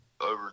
over